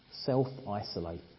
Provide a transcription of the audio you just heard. self-isolate